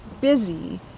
busy